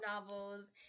novels